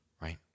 right